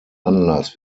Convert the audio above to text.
anlass